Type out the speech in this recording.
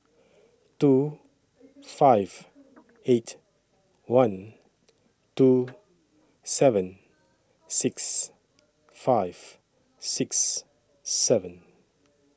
two five eight one two seven six five six seven